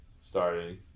starting